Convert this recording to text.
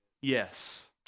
Yes